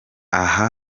aha